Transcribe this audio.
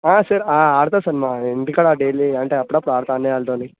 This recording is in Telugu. సార్ ఆడతా సార్ మా ఇంటికాడ డైలీ అంటే అప్పుడప్పుడు ఆడుతానే అంటోనీ